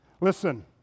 listen